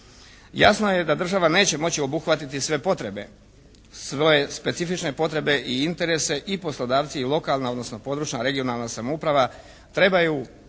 Jasno je da država neće moći obuhvatiti sve potrebe. Svoje specifične potrebe i interese i poslodavci i lokalna, odnosno područna, regionalna samouprava trebaju